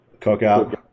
Cookout